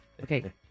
Okay